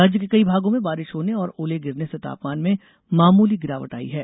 राज्य के कई भागों में बारिश होने और ओले गिरने से तापमान में मामूली गिरावट आई है